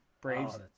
Braves